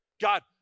God